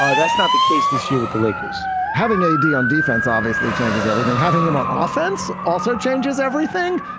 ah that's not the case this year, with the lakers having a d on defense obviously changes everything, having him on offense. also changes everything.